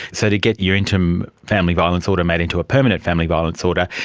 so to get your interim family violence order made into a permanent family violence order,